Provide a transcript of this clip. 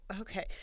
Okay